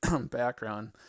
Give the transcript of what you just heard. background